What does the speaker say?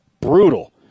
brutal